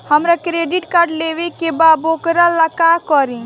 हमरा credit card लेवे के बा वोकरा ला का करी?